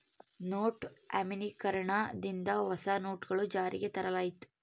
note ಅಮಾನ್ಯೀಕರಣ ದಿಂದ ಹೊಸ ನೋಟುಗಳು ಜಾರಿಗೆ ತರಲಾಯಿತು